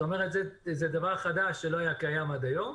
זה דבר אחד שלא היה קיים עד היום.